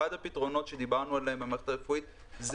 אחד הפתרונות שדיברנו עליהם במערכת הרפואית זה